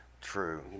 True